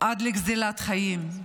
עד לגזלת חיים.